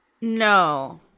No